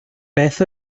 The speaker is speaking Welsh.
beth